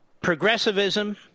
Progressivism